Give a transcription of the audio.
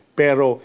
pero